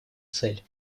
цель